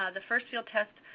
ah the first field test,